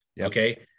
Okay